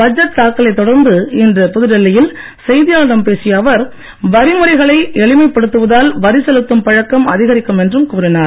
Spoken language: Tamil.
பட்ஜெட் தாக்கலைத் தொடர்ந்து இன்று புதுடில்லியில் செய்தியாளர்களிடம் பேசிய அவர் வரிமுறைகளை எளிமைப் படுத்துவதால் வரி செலுத்தும் பழக்கம் அதிகரிக்கும் என்றும் கூறினார்